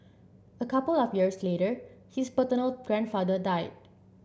a couple of years later his paternal grandfather died